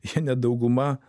jie net dauguma